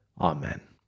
Amen